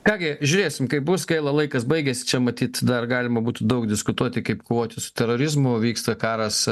ką gi žiūrėsim kaip bus gaila laikas baigias čia matyt dar galima būtų daug diskutuoti kaip kovoti su terorizmu vyksta karas